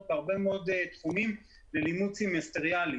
עברנו בהרבה מאוד תחומים ללימוד סמסטריאלי.